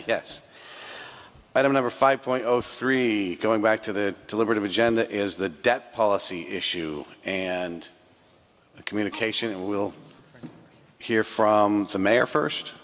yes i don't have a five point zero three going back to the deliberative agenda is the debt policy issue and the communication and we'll hear from the mayor first